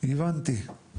הבנתי,